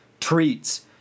treats